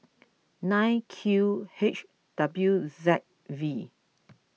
nine Q H W Z V